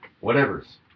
Whatever's